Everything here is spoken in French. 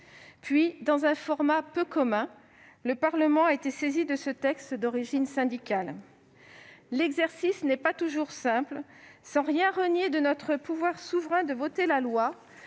Ensuite, dans un format peu commun, le Parlement a été saisi de ce texte d'origine syndicale. L'exercice n'est pas toujours simple : sans rien renier de notre pouvoir souverain de voter la loi,